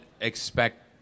expect